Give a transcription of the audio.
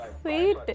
Sweet